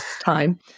time